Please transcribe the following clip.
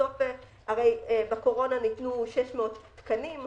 הרי בקורונה ניתנו 600 תקנים,